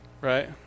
right